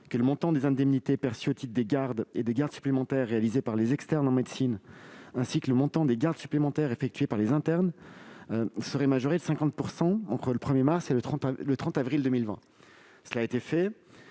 que le montant des indemnités perçues au titre des gardes et des gardes supplémentaires réalisées par les externes en médecine ainsi que le montant des gardes supplémentaires effectuées par les internes seraient majorés de 50 % entre le 1 mars et le 30 avril 2020. Cela a été fait.